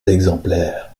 exemplaires